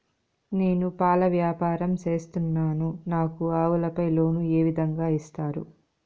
నేను పాల వ్యాపారం సేస్తున్నాను, నాకు ఆవులపై లోను ఏ విధంగా ఇస్తారు